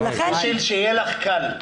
בשביל שיהיה לך קל.